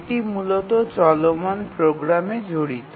এটি মূলত চলমান প্রোগ্রামে জড়িত